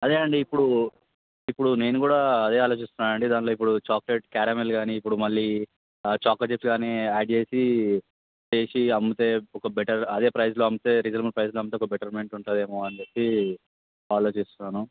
అదే అండి ఇప్పుడు ఇప్పుడు నేను కూడా అదే ఆలోచిస్తున్నాను అండి దాంట్లో ఇప్పుడు చాక్లేట్ క్యారామెల్ కానీ ఇప్పుడు మళ్ళీ చాకో చిప్స్ కానీ యాడ్ చేసి చేసి అమ్ముతే ఒక బెటర్ అదే ప్రైస్లో అమ్మితే రీజనబుల్ ప్రైస్లో అమ్మితే ఒక బెటర్మెంట్ ఉంటుంది ఏమో అని చెప్పి ఆలోచిస్తున్నాను